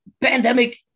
pandemic